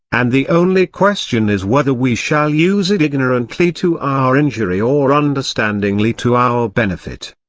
and the only question is whether we shall use it ignorantly to our injury or understandingly to our benefit.